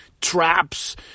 traps